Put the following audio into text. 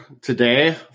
today